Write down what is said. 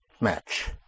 match